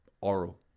Oral